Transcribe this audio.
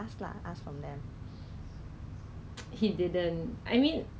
so is like 我有两个 masks mah then 我只是现在是用一个 mask